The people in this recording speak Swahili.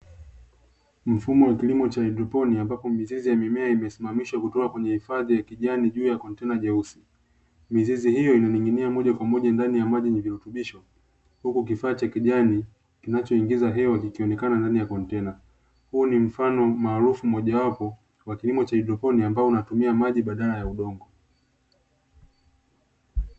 Mfumo wa kilimo cha haidroponi ambapo mizizi ya mimea imesimamishwa kutoka kwenye hifadhi ya kijani juu ya kontena jeusi, mizizi hiyo inaning'inia moja kwa moja ndani ya maji yenye virutubisho, huku kifaa cha kijani kinachoingiza hewa kikionekana ndani ya kontena. Huu ni mfano maarufu mojawapo wa kilimo cha haidroponi ambao unatumia maji badala ya udongo.